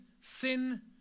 sin